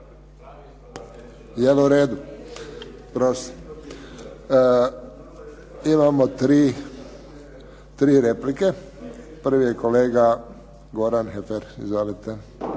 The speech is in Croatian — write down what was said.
Je li u redu? Imamo tri replike. Prvi je kolega Goran Heffer. Izvolite.